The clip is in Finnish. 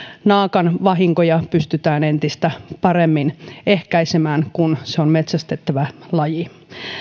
naakan vahinkoja pystytään entistä paremmin ehkäisemään kun se on metsästettävä laji